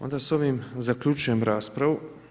Onda s ovim zaključujem raspravu.